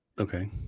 Okay